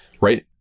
right